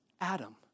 Adam